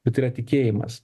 bet yra tikėjimas